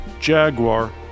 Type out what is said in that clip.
Jaguar